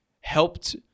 helped